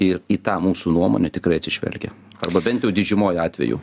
ir į tą mūsų nuomonę tikrai atsižvelgia arba bent jau didžiumoj atvejų